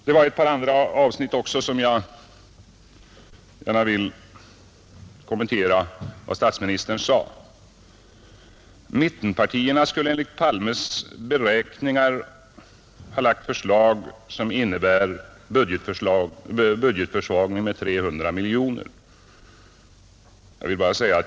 Det var ett par andra avsnitt i statsministerns anförande som jag också gärna vill kommentera, Mittenpartierna skulle enligt herr Palmes beräkningar ha lagt fram förslag som innebär en budgetförsvagning med 300 miljoner kronor.